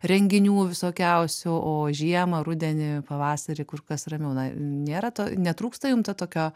renginių visokiausių o žiemą rudenį pavasarį kur kas ramiau na nėra to netrūksta jum to tokio